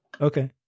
okay